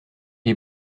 est